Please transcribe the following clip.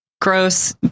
gross